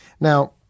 Now